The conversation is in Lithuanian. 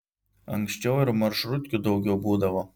anksčiau ir maršrutkių daugiau būdavo